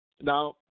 Now